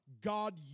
God